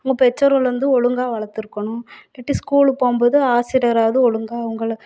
அவங்கள் பெற்றோர்கள் வந்து ஒழுங்கா வளர்த்துருகணும் இல்லாட்டி ஸ்கூலுக்கு போகும்போது ஆசிரியராவது ஒழுங்கா அவங்கள